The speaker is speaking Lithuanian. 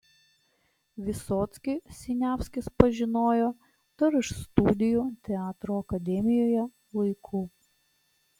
vysockį siniavskis pažinojo dar iš studijų teatro akademijoje laikų